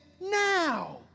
now